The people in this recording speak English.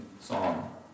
song